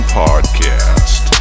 podcast